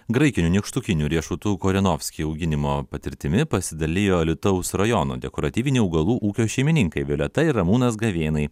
graikinių nykštukinių riešutų korenovski auginimo patirtimi pasidalijo alytaus rajono dekoratyvinių augalų ūkio šeimininkai violeta ir ramūnas gavėnai